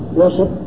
worship